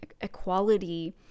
equality